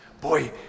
Boy